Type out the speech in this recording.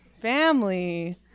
family